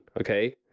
okay